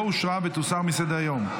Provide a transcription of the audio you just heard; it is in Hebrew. לא אושרה ותוסר מסדר-היום.